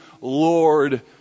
Lord